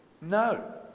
No